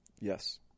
Yes